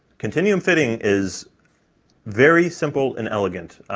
continuum fitting is very simple and elegant.